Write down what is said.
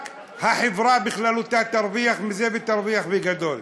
רק החברה בכללותה תרוויח מזה, ותרוויח בגדול.